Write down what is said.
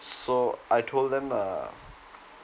so I told them uh